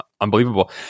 unbelievable